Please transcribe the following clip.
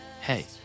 hey